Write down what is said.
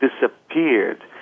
disappeared